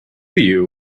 you